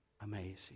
amazing